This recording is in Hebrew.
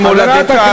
במולדתם,